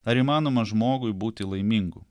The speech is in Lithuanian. ar įmanoma žmogui būti laimingu